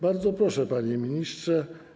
Bardzo proszę, panie ministrze.